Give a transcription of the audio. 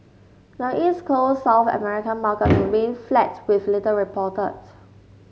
the East Coast South American market remained flat with little reported